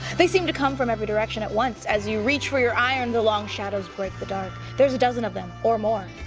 they seem to come from every direction at once. as you reach for your iron, the long shadows break the dark. there's a dozen of them, or more,